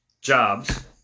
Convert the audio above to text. Jobs